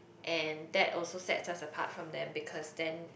and that also sets us apart from them because then